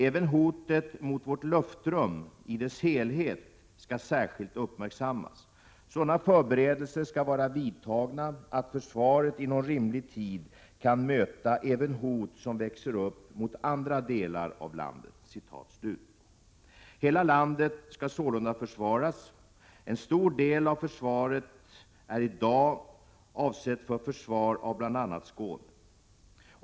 Även hotet mot vårt luftrum i dess helhet skall särskilt uppmärksammas. Sådana förberedelser skall vara vidtagna att försvaret inom rimlig tid kan möta även hot som växer upp mot andra delar av landet.” Hela landet skall sålunda försvaras. En stor del av försvaret är i dag avsett för försvar av bl.a. Skåne.